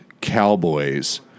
cowboys